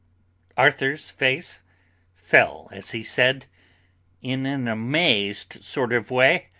arthur's face fell as he said in an amazed sort of way